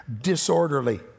disorderly